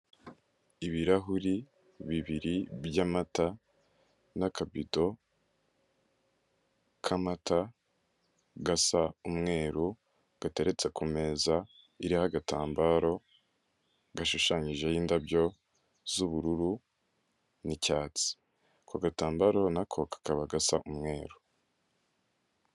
Ibirahuri bibiri byamata, n'akabito k'amata gasa umweru, gateretse kumeza iriho agatambaro gashushanyijeho indabyo z'ubururu n'icyatsi. Ako gatambaro na ko kakaba gasa umweru.